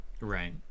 Right